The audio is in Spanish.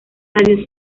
radio